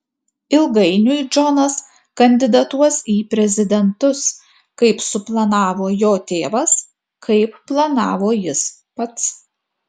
ilgainiui džonas kandidatuos į prezidentus kaip suplanavo jo tėvas kaip planavo jis pats